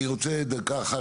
אני רוצה דקה אחת,